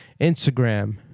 Instagram